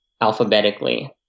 alphabetically